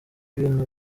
bintu